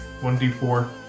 1d4